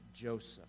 Joseph